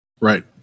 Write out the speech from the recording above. Right